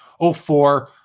04